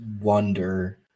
wonder